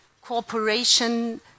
cooperation